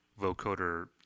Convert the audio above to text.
vocoder